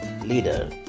leader